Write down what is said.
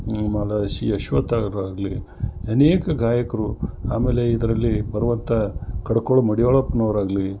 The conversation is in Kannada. ಆಮೇಲೆ ಸಿ ಅಶ್ವಥ್ ಅವ್ರು ಆಗಲಿ ಅನೇಕ ಗಾಯಕರು ಆಮೇಲೆ ಇದರಲ್ಲಿ ಬರುವಂಥ ಕಡ್ಕೊಳು ಮಡಿವಾಳಪ್ಪನವ್ರು ಆಗಲಿ